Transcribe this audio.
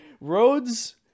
Roads